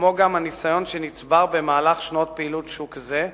כמו גם הניסיון שנצבר במהלך שנות הפעילות של שוק זה,